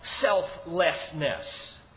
selflessness